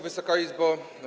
Wysoka Izbo!